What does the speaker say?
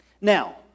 Now